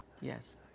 Yes